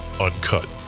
uncut